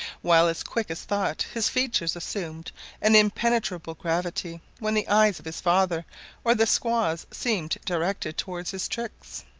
while as quick as thought his features assumed an impenetrable gravity when the eyes of his father or the squaws seemed directed towards his tricks.